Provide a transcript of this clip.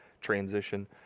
transition